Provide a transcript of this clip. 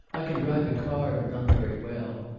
i can drive a car, but not very well.